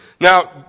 Now